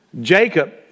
Jacob